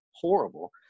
horrible